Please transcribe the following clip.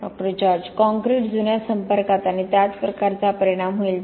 डॉ George concrete जुन्या संपर्कात आणि त्याच प्रकारचा परिणाम होईल